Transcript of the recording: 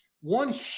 One